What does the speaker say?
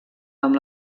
amb